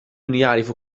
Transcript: يعرف